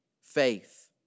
faith